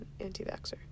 anti-vaxxer